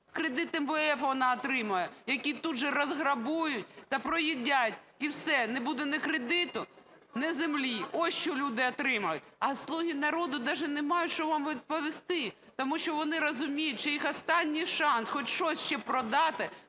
Кредит МВФ вона отримає, який тут же розграбують та проїдять - і все. Не буде ні кредиту, ні землі. Ось що люди отримають. А "Слуги народу" навіть не мають, що вам відповісти. Тому що вони розуміють, що їх останній шанс хоч щось ще продати: